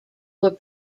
were